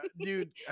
dude